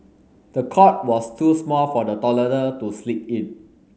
the cot was too small for the toddler to sleep in